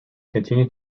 continue